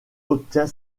obtient